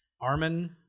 Armin